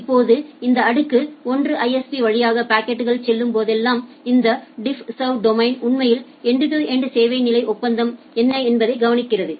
இப்போது இந்த அடுக்கு 1 ஐஎஸ்பி வழியாக பாக்கெட்கள் செல்லும் போதெல்லாம் இந்த டிஃப்ஸர்வ் டொமைன் உண்மையில் எண்டு டு எண்டு சேவை நிலை ஒப்பந்தம் என்ன என்பதைக் கவனிக்கிறது